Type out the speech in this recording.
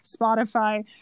spotify